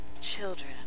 children